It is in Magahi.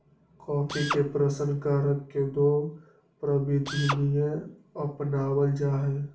कॉफी के प्रशन करण के दो प्रविधियन अपनावल जा हई